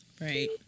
Right